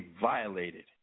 violated